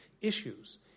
issues